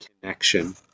connection